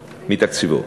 מתקציבו.